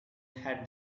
had